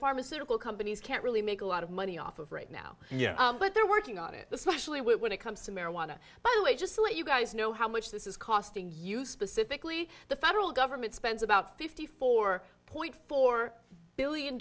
pharmaceutical companies can't really make a lot of money off of right now but they're working on it especially when it comes to marijuana by the way just to let you guys know how much this is costing you specifically the federal government spends about fifty four point four billion